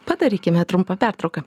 padarykime trumpą pertrauką